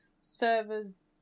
servers